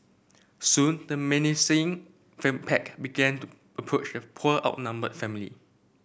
soon the menacing fame pack began to approach the poor outnumbered family